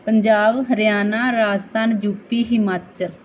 Punjab Haryana Rajasthan U P Himachal